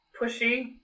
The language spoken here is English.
pushy